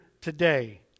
today